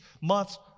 months